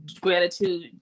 gratitude